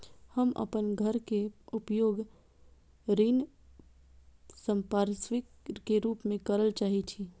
हम अपन घर के उपयोग ऋण संपार्श्विक के रूप में करल चाहि छी